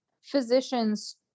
physicians